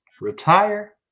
retire